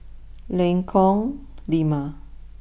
Lengkong Lima